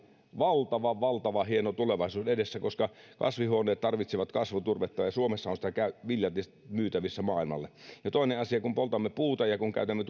valtavan valtavan hieno tulevaisuus edessä koska kasvihuoneet tarvitsevat kasvuturvetta ja suomessa on sitä viljalti myytävissä maailmalle ja toinen asia kun poltamme puuta ja kun käytämme